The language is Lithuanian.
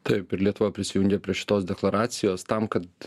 taip ir lietuva prisijungė prie šitos deklaracijos tam kad